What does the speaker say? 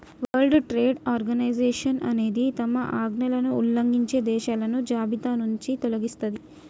world Trade Organization అనేది తమ ఆజ్ఞలను ఉల్లంఘించే దేశాలను జాబితానుంచి తొలగిస్తది